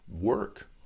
work